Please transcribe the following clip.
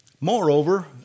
Moreover